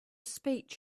speech